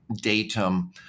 datum